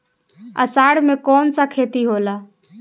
अषाढ़ मे कौन सा खेती होला?